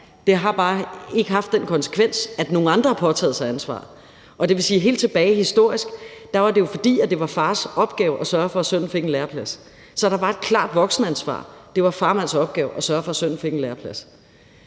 det har bare ikke haft den konsekvens, at nogle andre har påtaget sig ansvaret, og det vil jo sige, at det helt tilbage historisk har været, fordi det var en fars opgave at sørge for, at sønnen fik en læreplads. Så der var et klart voksenansvar, det var farmands opgave at sørge for, at sønnen fik en læreplads.